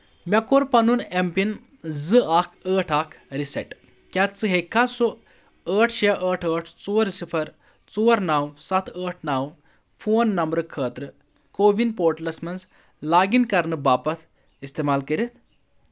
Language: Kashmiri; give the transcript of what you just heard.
مےٚ کوٚر پَنُن ایم پِن زٕ اکھ ٲٹھ اکھ رِسیٹ کیٛاہ ژٕ ہیٚککھا سُہ ٲٹھ شیٚے ٲٹھ ٲٹھ ژور صِفر ژور نَو سَتھ ٲٹھ نَو فون نمبرٕ خٲطرٕ کو وِن پورٹلس مَنٛز لاگ اِن کرنہٕ باپتھ استعمال کٔرِتھ